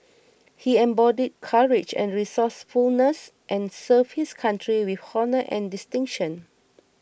he embodied courage and resourcefulness and served his country with honour and distinction